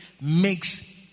makes